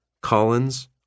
Collins